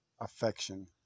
AFFECTION